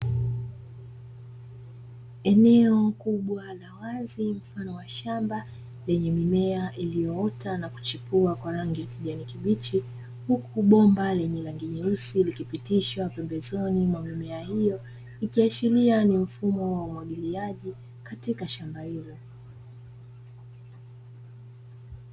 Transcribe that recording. Eneo kubwa la wazi mfano wa shamba lenye mimea iliyoota na kuchipua kwa rangi ya kijani kibichi, huku bomba lenye ranginyeusi likipitishwa pembezoni mwa mimea hiyo ikiashiria ni mfumo wa umwagiliaji katika shamba hilo.